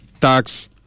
tax